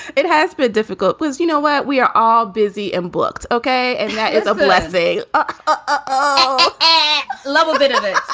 it has been difficult. you know what? we are all busy and booked. ok. and yeah it's a blessing. ah ah oh, i love a bit of it.